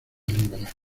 libra